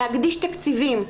להקדיש תקציבים,